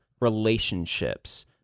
relationships